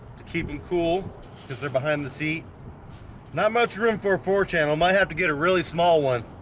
to keep him cool cuz they're behind the seat not much room for a four-channel might have to get a really small one